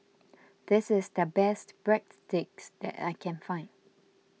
this is the best Breadsticks that I can find